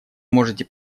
можете